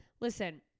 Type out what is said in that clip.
Listen